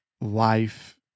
life